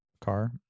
car